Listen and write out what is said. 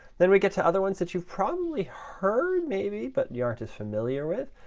then we get to other ones that you've probably heard maybe, but you aren't as familiar with.